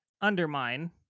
Undermine